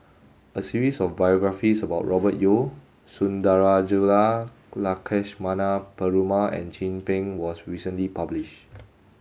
a series of biographies about Robert Yeo Sundarajulu Lakshmana Perumal and Chin Peng was recently published